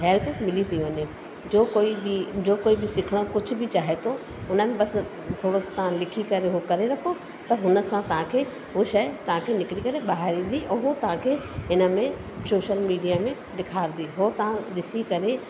help मिली थी वञे जो कोई बि जो कोई बि सिखण कुझु बि चाहे थो उन्हनि बसि थोरोसो तव्हां लिखी करे उहो करे रखो त हुन सां तव्हांखे उहो शइ तव्हांखे निकिरी करे ॿाहिरि ईंदी ऐं हो तव्हांखे हिन में सोशल मीडिया में ॾेखारंदी उहो तव्हां ॾिसी करे